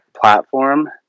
platform